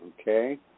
Okay